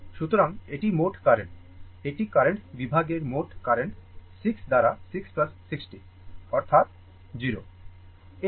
সুতরাং এটি মোট কারেন্ট এটি কারেন্ট বিভাগের মোট কারেন্ট 6 দ্বারা 6 60 অর্থাৎ 0